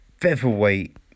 featherweight